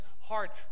heart